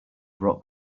rock